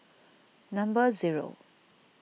number zero